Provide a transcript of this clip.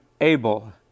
Abel